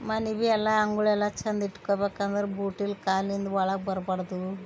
ಮನೆ ಭೀ ಎಲ್ಲ ಅಂಗ್ಳೆಲ್ಲ ಚಂದ ಇಟ್ಕಬೇಕಂದ್ರೆ ಬೂಟಿನ್ ಕಾಲ್ನಿಂದ ಒಳಗೆ ಬರ್ಬಾರ್ದು